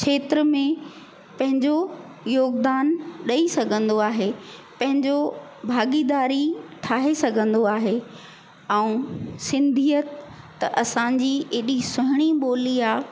क्षेत्र में पंहिंजो योगुदान ॾेई सघंदो आहे पंहिंजो भाॻीदारी ठाहे सघंदो आहे ऐं सिंधियत त असां जी एॾी सुहिणी ॿोली आहे